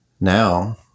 now